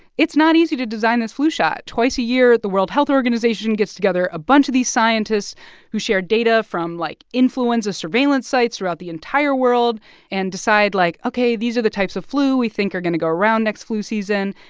it's not easy to design this flu shot. twice a year, the world health organization gets together a bunch of these scientists who share data from, like, influenza surveillance sites throughout the entire world and decide like, ok, these are the types of flu we think are going to go around next flu season.